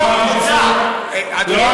זה לא בסדר, אדוני, לא צריך חקיקה, זאת תקנה.